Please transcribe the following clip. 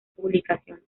publicaciones